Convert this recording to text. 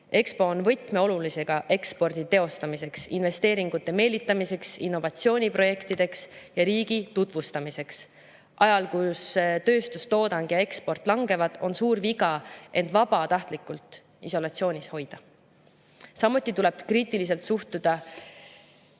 Expo on võtmeolulisusega ekspordi teostamiseks, investeeringute meelitamiseks, innovatsiooniprojektideks ja riigi tutvustamiseks. Ajal, mil tööstustoodang ja eksport langevad, on suur viga end vabatahtlikult isolatsioonis hoida. Samuti tuleb kriitiliselt suhtuda ministeeriumi